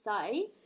say